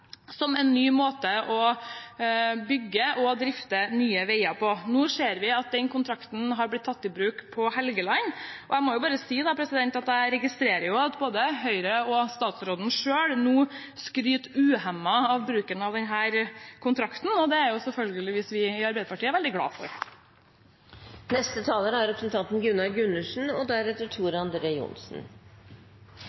som en ny måte å bygge og drifte nye veier på. Nå ser vi at den kontrakten har blitt tatt i bruk på Helgeland. Jeg må bare si at jeg registrerer at både Høyre og statsråden selv nå skryter uhemmet av bruken av denne kontrakten, og det er selvfølgelig vi i Arbeiderpartiet veldig glade for. Det er bare å konstatere at det er en gledens dag for midtre del av Hedmark, og